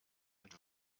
mit